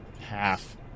Half